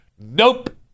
Nope